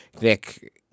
Nick